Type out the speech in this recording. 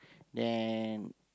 then